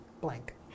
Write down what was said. blank